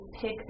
pick